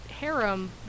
harem